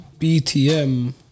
BTM